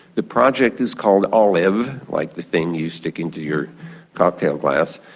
the project is called olive, like the thing you stick into your cocktail glass,